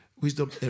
wisdom